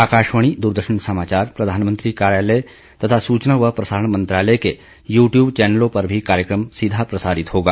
आकाशवाणी दूरदर्शन समाचार प्रधानमंत्री कार्यालय तथा सूचना और प्रसारण मंत्रालय के यूट्यूब चौनलों पर भी कार्यक्रम सीधा प्रसारित होगा